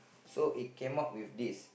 so it came out with this